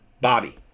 body